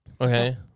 Okay